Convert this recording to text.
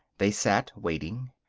they sat, waiting.